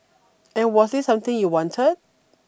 and was this something you wanted